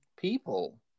people